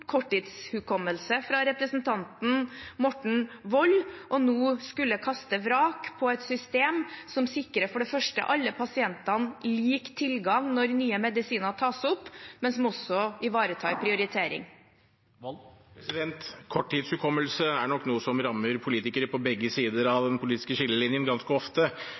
korttidshukommelse fra representanten Morten Wold å nå skulle kaste vrak på et system som for det første sikrer alle pasientene lik tilgang når nye medisiner tas opp, men som også ivaretar prioritering. Det blir oppfølgingsspørsmål – Morten Wold. Korttidshukommelse er nok noe som rammer politikere på begge sider av den politiske skillelinjen ganske ofte,